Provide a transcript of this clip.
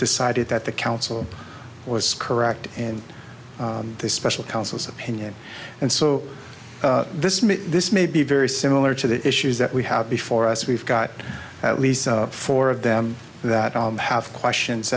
decided that the counsel was correct and the special counsel's opinion and so this made this may be very similar to the issues that we have before us we've got at least four of them that have questions